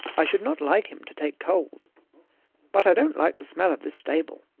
i should not like him to take cold but i don't like the smell of this stable.